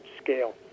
scale